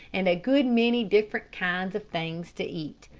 and a good many different kinds of things to eat.